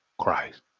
Christ